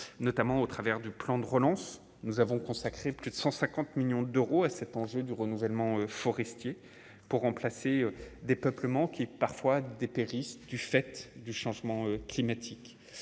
notamment au travers du plan de relance, nous avons consacré plus de 150 millions d'euros à cet enjeu du renouvellement forestiers pour remplacer des peuplements qui parfois dépérissent, du fait du changement climatique,